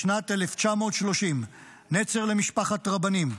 בשנת 1930, נצר למשפחת רבנים.